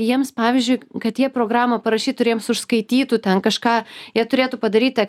jiems pavyzdžiui kad jie programą parašytų ir jiems užskaitytų ten kažką jie turėtų padaryti